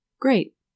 Great